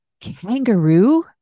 kangaroo